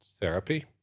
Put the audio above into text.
therapy